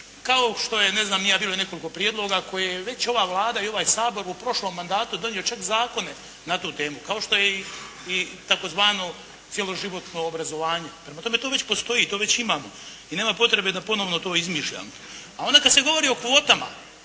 kao što je ne znam ni ja bilo nekoliko prijedloga koje je već ova Vlada i ovaj Sabor u prošlom mandatu donio čak zakone na tu temu kao što je i tzv. cijeloživotno obrazovanje. Prema tome, to već postoji, to već ima i nema potrebe da ponovno to izmišljam. A onda kad se govori o kvotama